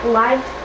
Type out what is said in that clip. life